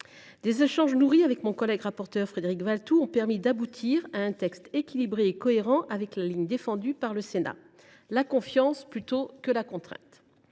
Des échanges nourris avec mon collègue rapporteur Frédéric Valletoux ont permis d’aboutir à un texte équilibré et cohérent avec la ligne défendue par le Sénat : la confiance plutôt que la contrainte.